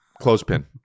clothespin